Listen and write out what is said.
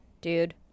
dude